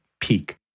peak